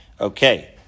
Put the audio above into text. Okay